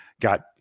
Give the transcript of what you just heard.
got